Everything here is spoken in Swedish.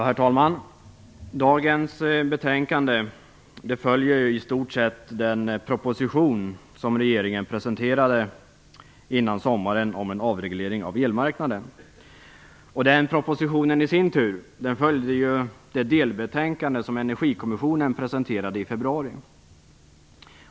Herr talman! Dagens betänkande följer i stort sett den proposition om en avreglering av elmarknaden som regeringen presenterade före sommaren. Den propositionen följde i sin tur det delbetänkande som Energikommissionen presenterade i februari.